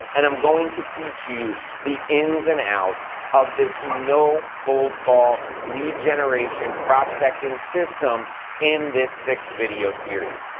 and i'm going to teach you the ins and outs of this no cold call lead generation prospecting system in this six video series.